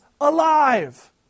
alive